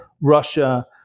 Russia